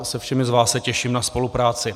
Se všemi z vás se těším na spolupráci.